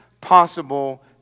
possible